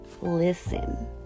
Listen